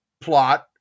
plot